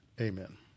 Amen